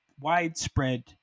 widespread